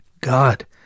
God